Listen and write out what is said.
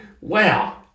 Wow